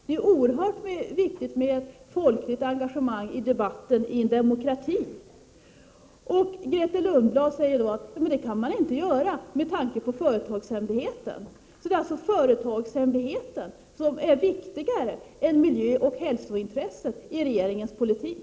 Det är oerhört viktigt med folkligt engagemang i debatten i en demokrati. Grethe Lundblad säger: Det kan man inte göra, med tanke på företagshemligheten. Företagshemligheten är alltså viktigare än miljöoch hälsointresset i regeringens politik!